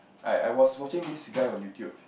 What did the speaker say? I I was watching this guy on YouTube